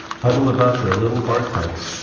huddled about their little bark huts,